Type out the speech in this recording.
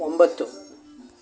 ಒಂಬತ್ತು